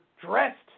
dressed